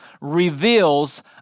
reveals